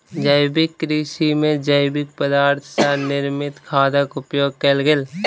जैविक कृषि में जैविक पदार्थ सॅ निर्मित खादक उपयोग कयल गेल